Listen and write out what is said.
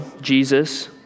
Jesus